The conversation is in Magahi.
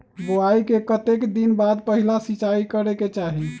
बोआई के कतेक दिन बाद पहिला सिंचाई करे के चाही?